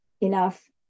enough